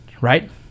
Right